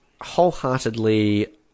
wholeheartedly